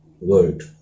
world